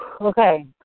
Okay